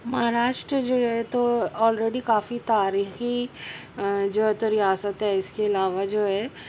مہاراشٹر جو ہے تو آلریڈی کافی تاریخی جو ہے تو ریاست ہے اس کے علاوہ جو ہے